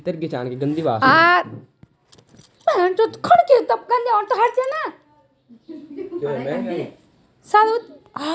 RTGS form में क्या क्या भरना है?